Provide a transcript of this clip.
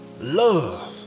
Love